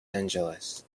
angeles